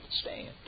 stand